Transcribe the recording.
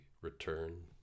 return